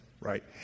right